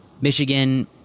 Michigan